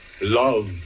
Love